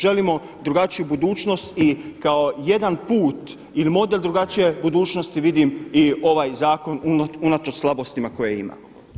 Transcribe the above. Želimo drugačiju budućnost i kao jedan put ili model drugačije budućnosti vidim i ovaj zakon unatoč slabostima koje ima.